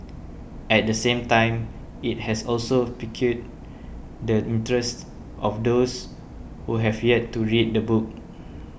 at the same time it has also piqued the interest of those who have yet to read the book